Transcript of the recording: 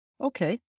okay